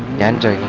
and